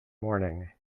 morning